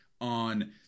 on